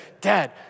dad